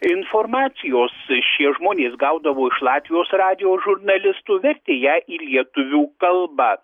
informacijos šie žmonės gaudavo iš latvijos radijo žurnalistų vertė ją į lietuvių kalba